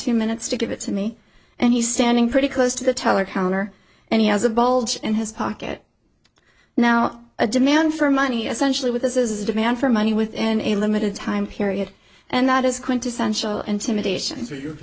two minutes to give it to me and he's standing pretty close to the teller counter and he has a bulge in his pocket now a demand for money essentially with this is a demand for money within a limited time period and that is quintessential intimidations are you